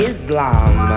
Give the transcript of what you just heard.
Islam